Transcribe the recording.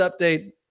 update